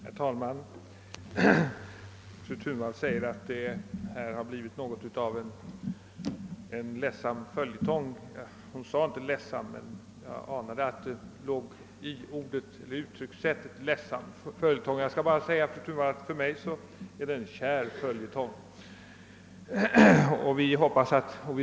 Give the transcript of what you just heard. Herr talman! Fru Thunvall menade att denna fråga blivit något av en ledsam följetong. Hon använde visserligen inte ordet ledsam, men jag tyckte mig av uttryckssättet kunna utläsa att detta var hennes mening. Jag vill säga till fru Thunvall att detta för mig är en kär följetong.